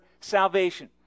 salvation